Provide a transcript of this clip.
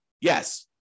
Yes